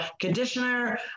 conditioner